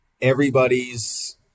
everybody's